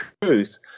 truth